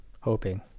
Hoping